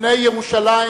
בני ירושלים,